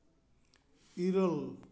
ᱤᱨᱟᱹᱞ